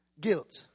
Guilt